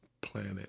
planet